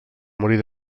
morir